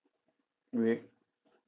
okay